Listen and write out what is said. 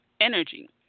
energy